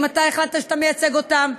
אם אתה החלטת שאתה מייצג אותם,